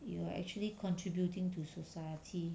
you are actually contributing to society